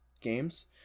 games